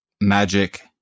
Magic